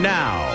now